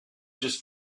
just